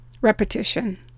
Repetition